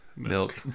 milk